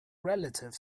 relative